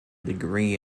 degree